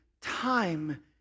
time